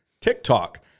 TikTok